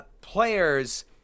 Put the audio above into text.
players